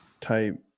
type